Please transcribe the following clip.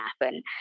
happen